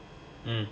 mm